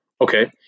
Okay